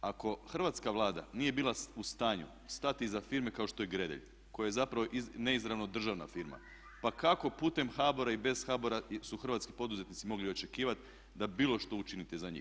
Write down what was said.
Ako Hrvatska vlada nije bila u stanju stati iza firme kao što je Gredelj koja je zapravo neizravno državna firma pa kako putem HBOR-a i bez HBOR-a su hrvatski poduzetnici mogli očekivat da bilo što učinite za njih?